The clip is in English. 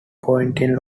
pointing